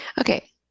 Okay